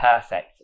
perfect